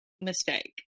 mistake